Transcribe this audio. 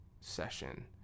session